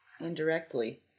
indirectly